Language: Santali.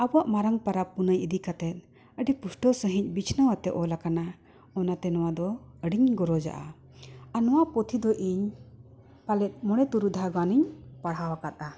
ᱟᱵᱚᱣᱟᱜ ᱢᱟᱨᱟᱝ ᱯᱚᱨᱚᱵᱽᱼᱯᱩᱱᱟᱹᱭ ᱤᱫᱤ ᱠᱟᱛᱮᱫ ᱟᱹᱰᱤ ᱯᱩᱥᱴᱟᱹᱣ ᱥᱟᱺᱦᱤᱡ ᱵᱤᱪᱷᱱᱟᱹ ᱠᱟᱛᱮᱫ ᱚᱞ ᱟᱠᱟᱱᱟ ᱚᱱᱟᱛᱮ ᱱᱚᱣᱟ ᱫᱚ ᱟᱹᱰᱤᱧ ᱜᱚᱨᱚᱡᱟᱜᱼᱟ ᱟᱨ ᱱᱚᱣᱟ ᱯᱩᱛᱷᱤ ᱫᱚ ᱤᱧ ᱯᱟᱞᱮᱫ ᱢᱚᱬᱮᱼᱛᱩᱨᱩᱭ ᱫᱷᱟᱣ ᱜᱟᱱᱤᱧ ᱯᱟᱲᱦᱟᱣ ᱟᱠᱟᱫᱼᱟ